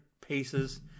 paces